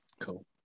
cool